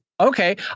Okay